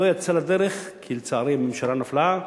שלא יצאה לדרך, כי לצערי הממשלה נפלה,